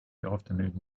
afternoon